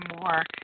more